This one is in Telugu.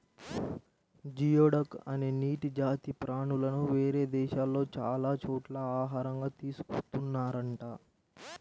జియోడక్ అనే నీటి జాతి ప్రాణులను వేరే దేశాల్లో చాలా చోట్ల ఆహారంగా తీసుకున్తున్నారంట